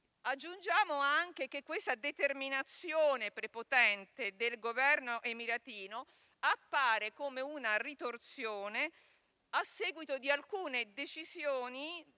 Aggiungiamo anche che questa determinazione prepotente del Governo emiratino appare come una ritorsione, a seguito di alcune decisioni